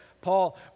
Paul